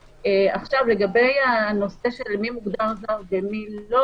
לגבי מי מוגדר זר ומי לא